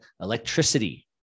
electricity